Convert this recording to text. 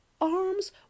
arms